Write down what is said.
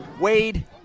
Wade